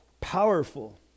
powerful